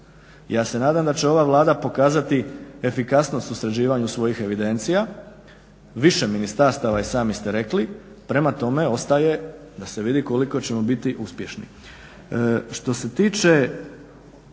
ja se nadam da će ova Vlada pokazat efikasnost u sređivanju svojih evidencija, više ministarstava i sami ste rekli, prema tome ostaje da se vidi koliko ćemo biti uspješni.